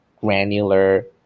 granular